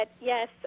yes